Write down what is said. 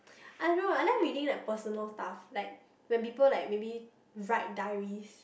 I don't know I like reading like personal stuff like when people like maybe write diaries